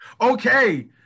okay